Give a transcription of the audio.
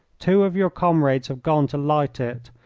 two of your comrades have gone to light it,